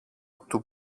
του